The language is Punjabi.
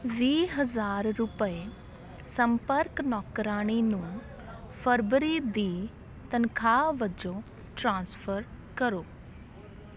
ਵੀਹ ਹਜ਼ਾਰ ਰੁਪਏ ਸੰਪਰਕ ਨੌਕਰਾਣੀ ਨੂੰ ਫਰਵਰੀ ਦੀ ਤਨਖਾਹ ਵਜੋਂ ਟ੍ਰਾਂਸਫਰ ਕਰੋ